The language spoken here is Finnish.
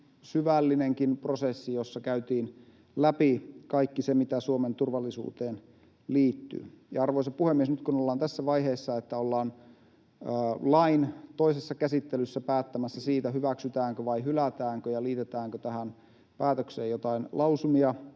syvällinenkin prosessi, jossa käytiin läpi kaikki se, mitä Suomen turvallisuuteen liittyy. Arvoisa puhemies! Nyt kun ollaan tässä vaiheessa, että ollaan lain toisessa käsittelyssä päättämässä siitä, hyväksytäänkö vai hylätäänkö ja liitetäänkö tähän päätökseen joitain lausumia,